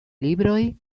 libroj